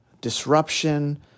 disruption